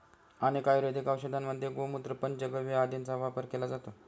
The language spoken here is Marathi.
अनेक आयुर्वेदिक औषधांमध्ये गोमूत्र, पंचगव्य आदींचा वापर केला जातो